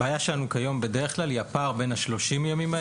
הבעיה שלנו היום בדרך כלל היא הפער בין ה-30 ימים וה-90 יום.